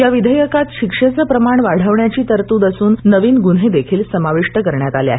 या विधेयकात शिक्षेचं प्रमाण वाढवण्याची तरतूद असून नवीन गुन्हे देखील समाविष्ट करण्यात आले आहेत